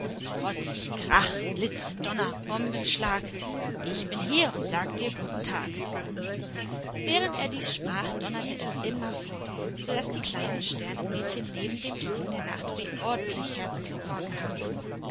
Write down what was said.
potz krach blitz donner bombenschlag ich bin hier und sage dir guten tag während er dies sprach donnerte es immerfort so daß die kleinen sternenmädchen neben dem thron der nachtfee ordentlich herzklopfen bekamen